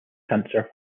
cancer